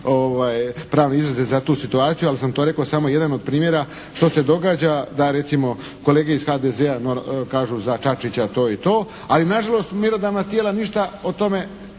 pravni izrazi za tu situaciju, ali sam to rekao samo jedan od primjera što se događa da recimo kolege iz HDZ-a kažu za Čačića to i to, ali na žalost mjerodavna tijela ništa o tome